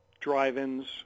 drive-ins